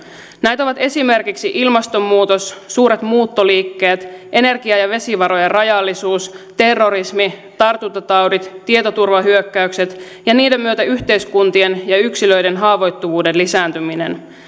näitä ovat esimerkiksi ilmastonmuutos suuret muuttoliikkeet energia ja vesivarojen rajallisuus terrorismi tartuntataudit tietoturvahyökkäykset ja niiden myötä yhteiskuntien ja yksilöiden haavoittuvuuden lisääntyminen